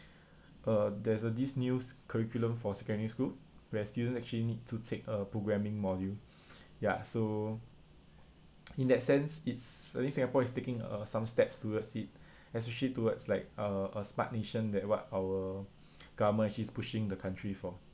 uh there's this news curriculum for secondary school where students actually need to take a programming module ya so in that sense it's I think singapore is taking uh some steps towards it especially towards like uh a smart nation that what our government is actually pushing the country for